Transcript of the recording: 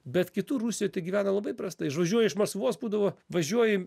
bet kitur rusijoj tai gyvena labai prastai išvažiuoji iš maskvos būdavo važiuoji